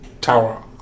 Tower